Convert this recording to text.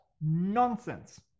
nonsense